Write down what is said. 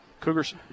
Cougars